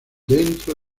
dentro